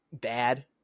bad